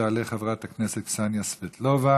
תעלה חברת הכנסת קסניה סבטלובה.